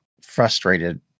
frustrated